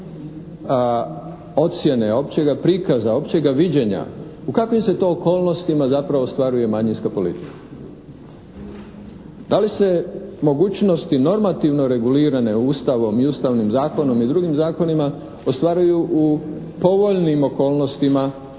ocjene općega prikaza, općega viđenja u kakvim se to okolnostima zapravo ostvaruje manjinska politika. Da li se mogućnosti normativno regulirane Ustavom i ustavnim zakonom i drugim zakonima ostvaruju u povoljnim okolnostima ili